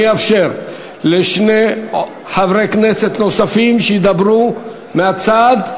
אני אאפשר לשני חברי כנסת נוספים שידברו מהצד.